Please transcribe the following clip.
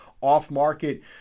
off-market